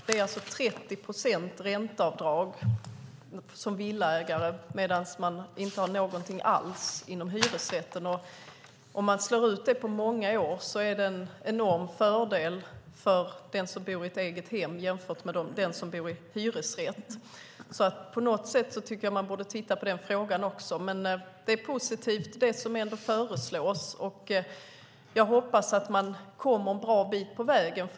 Det är alltså 30 procents ränteavdrag som villaägare har medan man inte har någonting alls inom hyresrätten. Om man slår ut det på många år är det en enorm fördel för den som bor i ett eget hem jämfört med den som bor i hyresrätt. Jag tycker att man på något sätt borde titta på den frågan också. Men det som ändå föreslås är positivt. Jag hoppas att man kommer en bra bit på vägen.